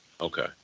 Okay